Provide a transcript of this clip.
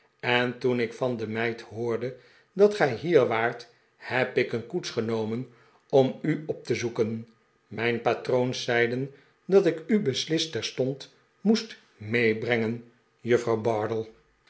en toen ik van de meid hoorde dat gij hier waart heb ik een koets genomen om u op te zoeken mijn patroons zeiden dat ik u beslist terstond moest meebrengen juffrouw bardell